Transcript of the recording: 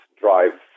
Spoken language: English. drive